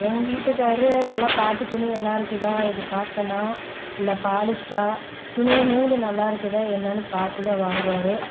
எங்க வீட்டுக்காரர் நல்லா பார்த்து துணி நல்லா இருக்குதா இது காட்டனா இல்ல பாலிஸ்ட்டா துணி நூலு நல்லா இருக்குதா என்னென்று பார்த்து தான் வாங்குவார்